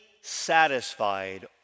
satisfied